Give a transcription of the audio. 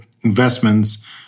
investments